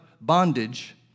bondage